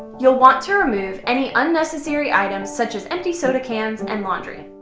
you'll want to remove any unnecessary items such as empty soda cans and laundry.